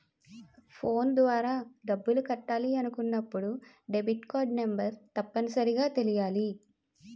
phone ద్వారా డబ్బులు కట్టాలి అనుకున్నప్పుడు డెబిట్కార్డ్ నెంబర్ తప్పనిసరిగా తెలియాలి